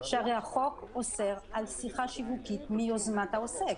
שהרי החוק אוסר על שיחה שיווקית מיוזמת העוסק.